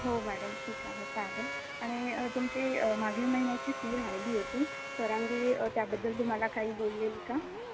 हो मॅडम ठीक आहे चालेल आणि तुमची मागील महिन्याची फी राहिली होती सरांगी त्याबद्दल तुम्हाला काही बोललेली का